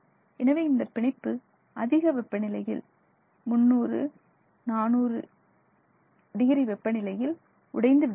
எனவே இந்தப் பிணைப்பு அதிக வெப்பநிலையில் 300 400 டிகிரி வெப்பநிலையில் உடைந்து விடுகிறது